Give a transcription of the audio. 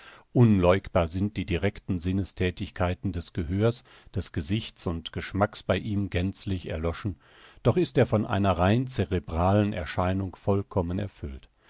unleugbar sind die directen sinnesthätigkeiten des gehörs des gesichts und geschmacks bei ihm gänzlich erloschen doch ist er von einer rein cerebralen erscheinung vollkommen erfüllt